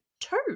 two